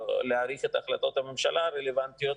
להאריך את החלטות הממשלה הרלוונטיות,